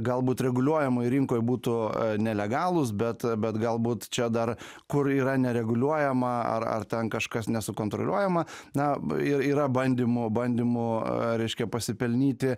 galbūt reguliuojamoj rinkoj būtų nelegalūs bet bet galbūt čia dar kur yra nereguliuojama ar ar ten kažkas nesukontroliuojama na ir yra bandymų bandymų reiškia pasipelnyti